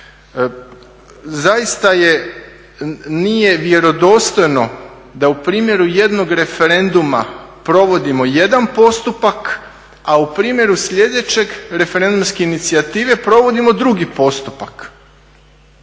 Zaista je, nije vjerodostojno da u primjeru jednog referenduma provodimo jedan postupak a u primjeru sljedećeg, referendumske inicijative provodimo drugi postupak.